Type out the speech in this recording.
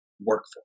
workforce